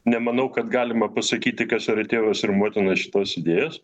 nemanau kad galima pasakyti kas yra tėvas ir motina šitos idėjos